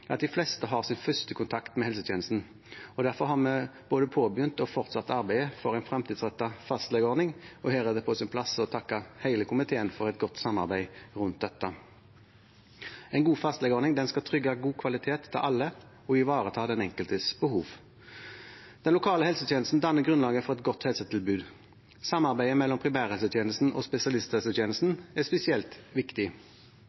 de fleste har sin første kontakt med helsetjenesten. Derfor har vi påbegynt og arbeider fortsatt for en fremtidsrettet fastlegeordning. Her er det på sin plass å takke hele komiteen for et godt samarbeid rundt dette. En god fastlegeordning skal trygge god kvalitet til alle og ivareta den enkeltes behov. Den lokale helsetjenesten danner grunnlaget for et godt helsetilbud. Samarbeidet mellom primærhelsetjenesten og